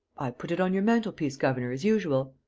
i put it on your mantel-piece, governor, as usual.